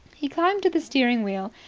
he climbed to the steering wheel,